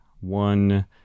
one